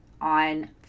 on